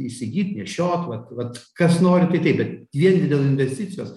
įsigyt nešiot vat vat kas nori tai taip bet vien dėl investicijos